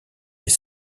des